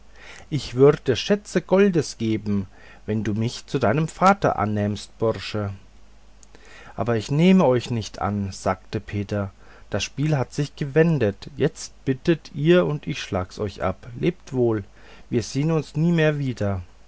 ich würde schätze goldes geben wenn du mich zu deinem vater annähmest bursche aber ich nehme euch nicht an sagte peter das spiel hat sich gewendet jetzt bittet ihr und ich schlag's euch ab lebt wohl wir sehn uns nicht mehr wieder